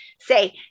say